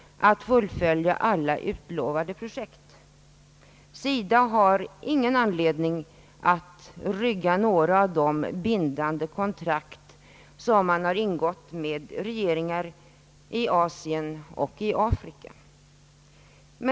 SIDA har ingen anledning att rygga några av de bindande kontrakt som man har ingått med regeringar i Asien och i Afrika.